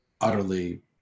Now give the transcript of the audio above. utterly